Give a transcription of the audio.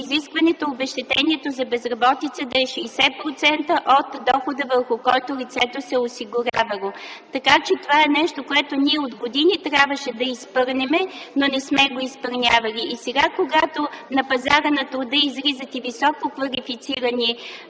изискването, обезщетението за безработица да е 60% от дохода, върху който лицето се е осигурявало. Това е нещо, което ние от години трябваше да изпълним, но не сме го изпълнявали. Сега, когато на пазара на труда излизат и висококвалифицирани